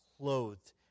clothed